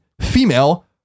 female